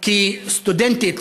כי סטודנטית,